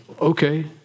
Okay